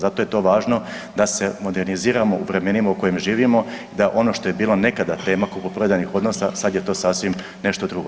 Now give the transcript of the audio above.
Zato je to važno da se moderniziramo u vremenima u kojima živimo, da ono što je bilo nekada tema kupoprodajnih odnosa, sad je to sasvim nešto drugo.